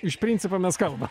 iš principo mes kalbam